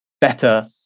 better